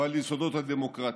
ועל יסודות הדמוקרטיה.